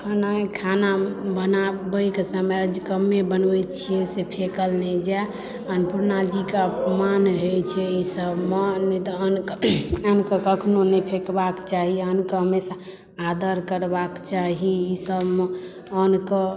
खेनाइ खाना बनाबैके समय कमे बनबै छी से फेकल नहि जाय अन्नपुर्णा जीकेँ अपमान होइ छै एहि सऽ नहि तऽ अन्न के कखनो नहि फेकबाक चाही अन्न के हमेशा आदर करबाक चाही ई सभमे अन्न के